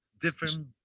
Different